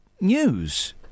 news